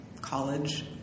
college